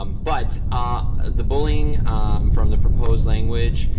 um but ah the bullying from the proposed language,